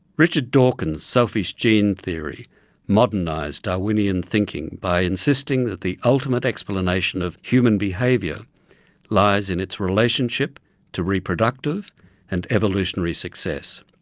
richard dawkins' selfish gene theory modernised darwinian thinking by insisting that the ultimate explanation of human behaviour behaviour lies in its relationship to reproductive and evolutionary success.